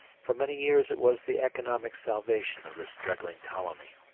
for many years it was the economic salvation of the struggling colony.